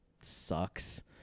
sucks